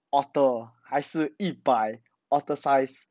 otter 还是一百 otter size